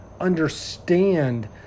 understand